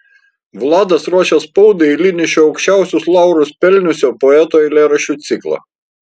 vladas ruošė spaudai eilinį šio aukščiausius laurus pelniusio poeto eilėraščių ciklą